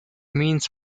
means